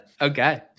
Okay